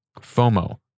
FOMO